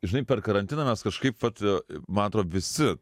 žinai per karantiną mes kažkaip vat man atrodo visi